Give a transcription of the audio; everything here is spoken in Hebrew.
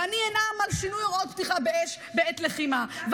ואנאם על שינוי הוראות הפתיחה באש בעת לחימה,